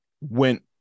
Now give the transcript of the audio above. went